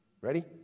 Ready